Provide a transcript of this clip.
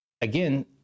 again